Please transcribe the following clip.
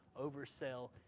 oversell